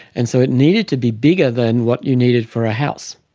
and so it needed to be bigger than what you needed for a house.